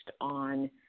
on